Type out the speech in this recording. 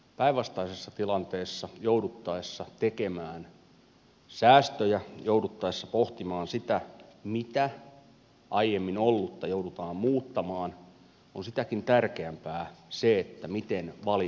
päinvastaisessa tilanteessa jouduttaessa tekemään säästöjä jouduttaessa pohtimaan sitä mitä aiemmin ollutta joudutaan muuttamaan on sitäkin tärkeämpää se miten valinnat tehdään